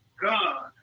God